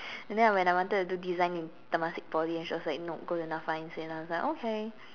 and then when I wanted to do design in Temasek Poly and she was like go to the N_A_F_A instead and I was like okay